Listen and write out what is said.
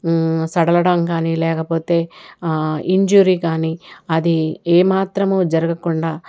సడలడం గానీ లేకపోతే ఇంజురీ గానీ అది ఏమాత్రము జరగకుండా